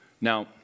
now